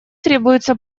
требуется